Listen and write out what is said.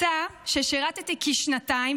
יצא ששירתי כשנתיים,